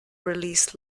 released